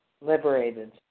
liberated